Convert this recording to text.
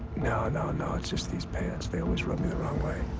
no, no, no. it's just these pants. they always rub me the wrong way.